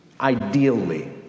ideally